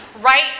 right